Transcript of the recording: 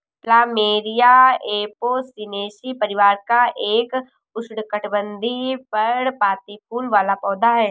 plumeria Apocynaceae परिवार का एक उष्णकटिबंधीय, पर्णपाती फूल वाला पौधा है